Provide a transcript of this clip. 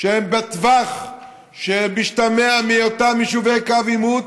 שהם בטווח שמשתמע מהיותם בקוו העימות.